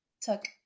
took